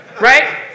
Right